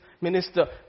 minister